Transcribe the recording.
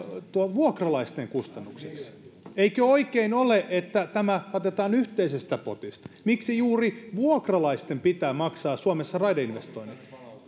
vuokralaisten kustannuksiksi eikö oikein ole että tämä katetaan yhteisestä potista miksi juuri vuokralaisten pitää maksaa suomessa raideinvestoinnit